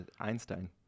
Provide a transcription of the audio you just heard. Einstein